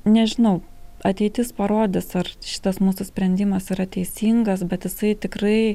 nežinau ateitis parodys ar šitas mūsų sprendimas yra teisingas bet jisai tikrai